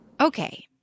Okay